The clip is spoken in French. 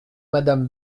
madame